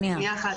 שנייה.